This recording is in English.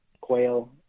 quail